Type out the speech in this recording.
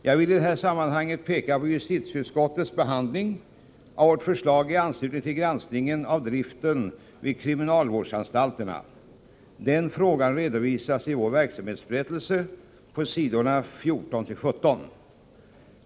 Jag vill i detta sammanhang peka på justitieutskottets behandling av våra förslag i anslutning till granskningen av bristen vid kriminalvårdsanstalterna. Den frågan redovisas i vår verksamhetsberättelse på s. 14-17.